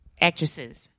actresses